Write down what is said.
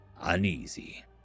uneasy